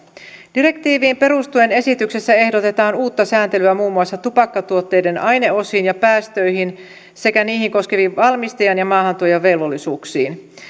direktiiviin perustuen esityksessä ehdotetaan uutta sääntelyä muun muassa tupakkatuotteiden aineosiin ja päästöihin sekä niihin koskeviin valmistajan ja maahantuojan velvollisuuksiin